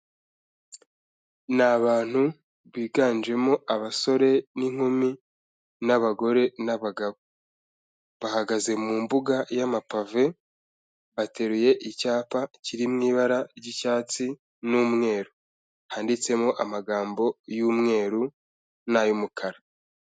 Ni abantu biganjemo abasore n'inkumi, n'abagore n'abagabo. Bahagaze mu mbuga y'amapave, bateruye icyapa kirimo ibara ry'icyatsi n'umweru, handitsemo amagambo y'umweru n'ay'umukara.